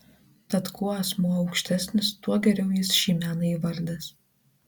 tad kuo asmuo aukštesnis tuo geriau jis šį meną įvaldęs